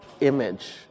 image